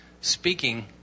speaking